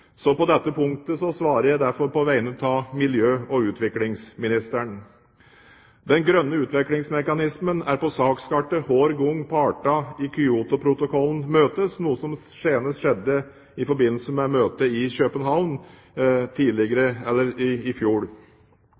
Så på dette punktet svarer jeg derfor på vegne av miljø- og utviklingsministeren. Den grønne utviklingsmekanismen er på sakskartet hver gang partene i Kyotoprotokollen møtes, noe som senest skjedde i forbindelse med møtet i København i fjor.